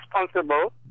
responsible